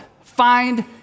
find